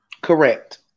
correct